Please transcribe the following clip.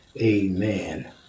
Amen